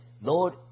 Lord